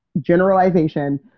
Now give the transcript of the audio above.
generalization